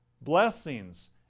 blessings